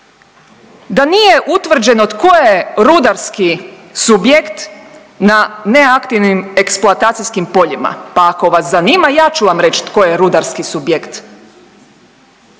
da nije utvrđeno tko je rudarski subjekt na neaktivnim eksploatacijskim poljima, pa ako vas zanima ja ću vam reć tko je rudarski subjekt